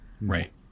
right